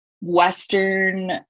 western